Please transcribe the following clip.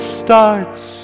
starts